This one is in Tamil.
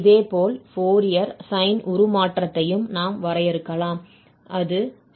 இதேபோல் ஃபோரியர் சைன் உருமாற்றத்தையும் நாம் வரையறுக்கலாம்